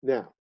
Now